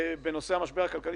על סדר היום: המשבר הכלכלי